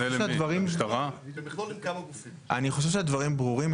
אני חושב שהדברים ברורים.